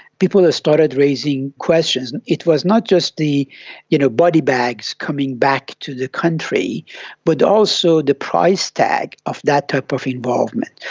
people started raising questions. and it was not just the you know body-bags coming back to the country but also the price tag of that type of involvement.